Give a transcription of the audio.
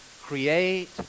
Create